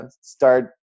start